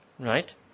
Right